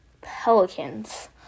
Pelicans